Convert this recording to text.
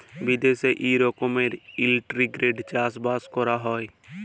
বিদ্যাশে ই রকমের ইলটিগ্রেটেড চাষ বাস ক্যরা হ্যয়